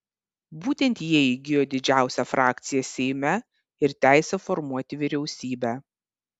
būtent jie įgijo didžiausią frakciją seime ir teisę formuoti vyriausybę